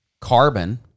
Carbon